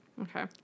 Okay